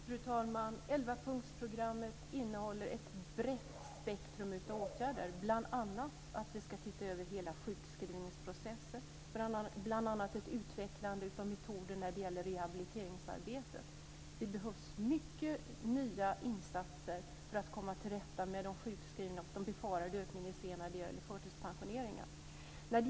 Fru talman! Elvapunktsprogrammet innehåller ett brett spektrum av åtgärder, bl.a. att vi ska se över hela sjukskrivningsprocessen och ett utvecklande av metoder i rehabiliteringsarbetet. Det behövs många nya insatser för att komma till rätta med sjukskrivningarna och de befarade ökningarna av förtidspensioneringar.